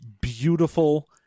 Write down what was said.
beautiful